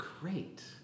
great